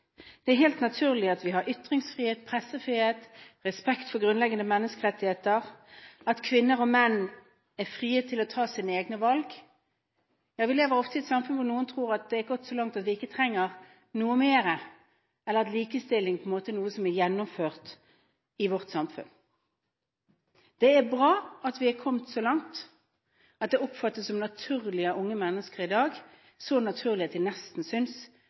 det for oss er helt naturlig at vi har ytringsfrihet, pressefrihet, respekt for grunnleggende menneskerettigheter, at kvinner og menn er frie til å ta sine egne valg – ja, vi lever i et samfunn der noen tror at det har gått så langt at vi ikke trenger noe mer, eller at likestilling er noe som er gjennomført i vårt samfunn. Det er bra at vi har kommet så langt at dette oppfattes som naturlig av unge mennesker i dag, så naturlig at de nesten synes